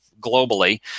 globally